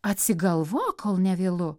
atsigalvok kol nevėlu